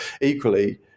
equally